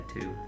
two